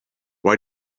why